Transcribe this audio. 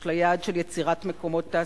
יש לה יעד של יצירת מקומות תעסוקה,